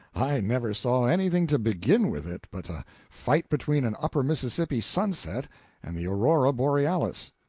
i never saw anything to begin with it but a fight between an upper mississippi sunset and the aurora borealis.